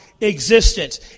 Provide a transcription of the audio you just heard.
existence